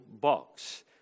box